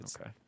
Okay